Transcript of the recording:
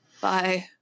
Bye